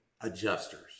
adjusters